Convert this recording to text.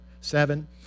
seven